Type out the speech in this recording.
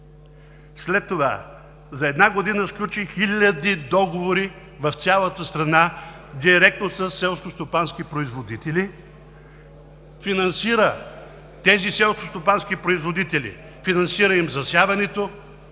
След това за една година сключи хиляди договори в цялата страна, директно със селскостопански производители. Финансира тези селскостопански производители, финансира им засяването,